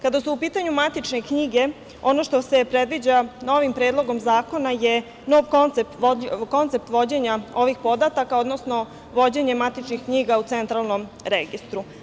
Kada su u pitanju matične knjige, ono što se predviđa novim Predlogom zakona je nov koncept vođenja ovih podataka, odnosno vođenje matičnih knjiga u Centralnom registru.